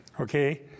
okay